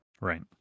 Right